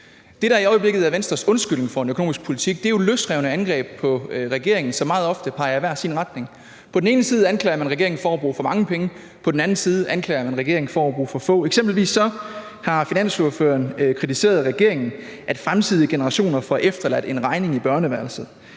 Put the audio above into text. Det, der i øjeblikket er Venstres undskyldning for en økonomisk politik, er jo løsrevne angreb på regeringen, som meget ofte peger i hver sin retning. På den ene side anklager man regeringen for at bruge for mange penge, på den anden side anklager man regeringen for at bruge for få. Eksempelvis har finansordføreren for Venstre kritiseret regeringen for, at fremtidige generationer får efterladt en regning i børneværelset.